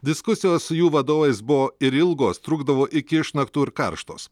diskusijos su jų vadovais buvo ir ilgos trukdavo iki išnaktų ir karštos